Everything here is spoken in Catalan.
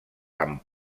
amb